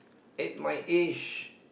at my age